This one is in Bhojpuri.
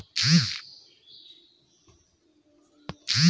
यू.पी.आई पइसा ट्रांसफर करे क सबसे तेज आउर सुरक्षित माध्यम हौ